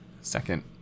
second